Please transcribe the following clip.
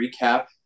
recap